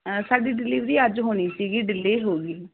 ਸਾਡੀ ਡਿਲੀਵਰੀ ਅੱਜ ਹੋਣੀ ਸੀਗੀ ਡਿਲੇਅ ਹੋ ਗਈ